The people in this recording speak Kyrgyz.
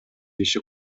иши